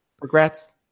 Regrets